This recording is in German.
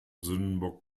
sündenbock